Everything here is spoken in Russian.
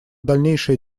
дальнейшее